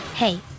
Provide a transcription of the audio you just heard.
Hey